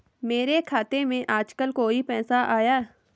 मेरे खाते में आजकल कोई पैसा आया?